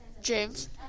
James